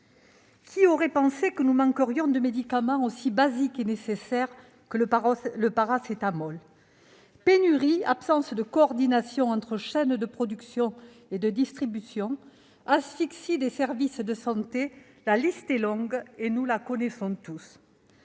Qui aurait pensé que nous manquerions de médicaments aussi basiques et nécessaires que le paracétamol ? Pénuries, absence de coordinations entre chaînes de productions et de distributions, asphyxie des services de santé : la liste est longue, et nous la connaissons tous.